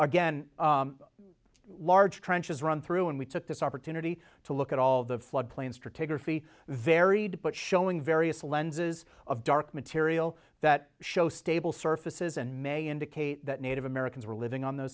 again large trenches run through and we took this opportunity to look at all the flood plains to take our fee varied but showing various lenses of dark material that show stable surfaces and may indicate that native americans were living on th